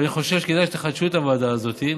ואני חושב שכדאי שתחדשו את הוועדה הזאת,